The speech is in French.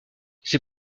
c’est